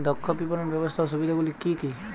দক্ষ বিপণন ব্যবস্থার সুবিধাগুলি কি কি?